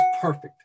perfect